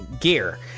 gear